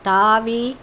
தாவி